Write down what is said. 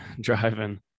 driving